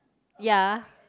ya